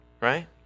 Right